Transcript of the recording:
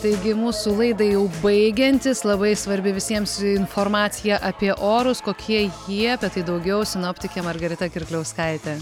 taigi mūsų laidai jau baigiantis labai svarbi visiems informacija apie orus kokie jie apie tai daugiau sinoptikė margarita kirkliauskaitė